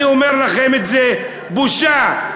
אני אומר לכם את זה: בושה,